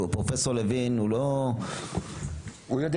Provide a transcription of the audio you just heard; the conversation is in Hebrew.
הוא יודע הרבה.